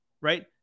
right